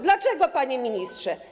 Dlaczego, panie ministrze?